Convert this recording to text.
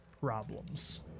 problems